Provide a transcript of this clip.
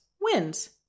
wins